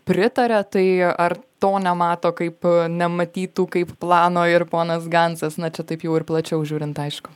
pritaria tai ar to nemato kaip nematytų kaip plano ir ponas gancas na čia taip jau ir plačiau žiūrint aišku